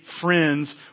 friends